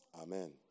amen